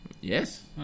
Yes